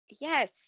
yes